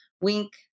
Wink